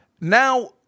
now